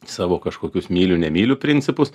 savo kažkokius myliu nemyliu principus